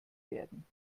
werden